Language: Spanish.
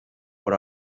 por